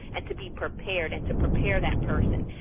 and to be prepared and to prepare that person.